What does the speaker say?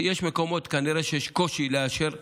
יש מקומות שכנראה יש קושי לאשר.